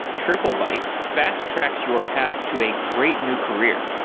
triplebyte fast-tracks your path to a great new career.